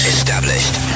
Established